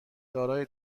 دارای